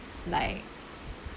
like